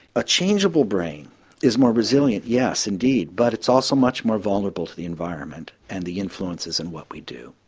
a changeable brain is more resilient, yes indeed, but it's also much more vulnerable to the environment and the influences in what we do.